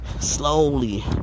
slowly